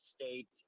state